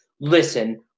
listen